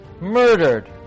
murdered